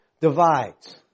divides